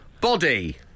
Body